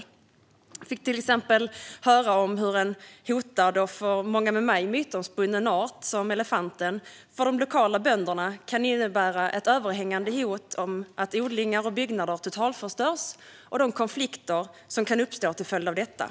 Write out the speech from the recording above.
Jag fick till exempel höra om hur en hotad och för många med mig mytomspunnen art som elefanten för de lokala bönderna kan innebära ett överhängande hot om att odlingar och byggnader totalförstörs och om de konflikter som kan uppstå till följd av detta.